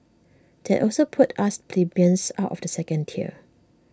that also puts us plebeians out of the second tier